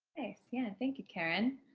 yeah thank you, karen.